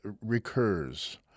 recurs